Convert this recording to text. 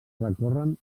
recorren